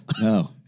No